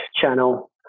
channel